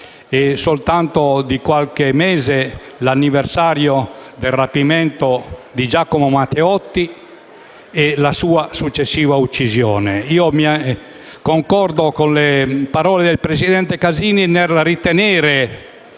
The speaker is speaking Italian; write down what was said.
(è soltanto di qualche mese fa l'anniversario del rapimento di Giacomo Matteotti e della sua successiva uccisione). Concordo con le parole del presidente Casini nel ritenere,